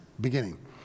beginning